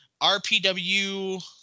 RPW